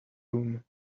room